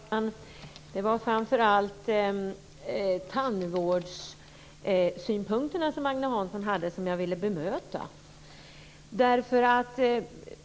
Herr talman! Det är framför allt de tandvårdssynpunkter som Agne Hansson har som jag vill bemöta.